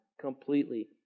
completely